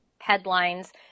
headlines